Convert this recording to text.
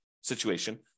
situation